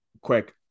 quick